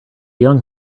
young